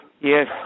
Yes